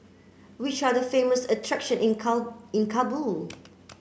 which are the famous attraction in Kabul